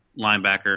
linebacker